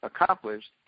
accomplished